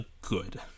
good